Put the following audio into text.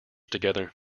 together